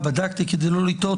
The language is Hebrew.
הרגשתי שידיי היו מאוד מאוד כבולות,